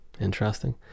Interesting